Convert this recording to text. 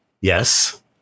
Yes